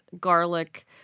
garlic